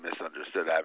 misunderstood